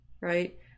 right